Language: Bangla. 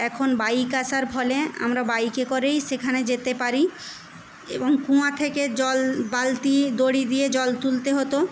এখন বাইক আসার ফলে আমরা বাইকে করেই সেখানে যেতে পারি এবং কুয়া থেকে জল বালতি দড়ি দিয়ে জল তুলতে হতো